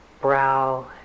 brow